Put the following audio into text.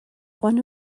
one